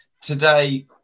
today